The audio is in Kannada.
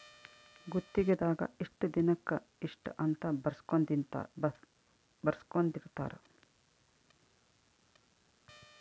ಗುತ್ತಿಗೆ ದಾಗ ಇಷ್ಟ ದಿನಕ ಇಷ್ಟ ಅಂತ ಬರ್ಸ್ಕೊಂದಿರ್ತರ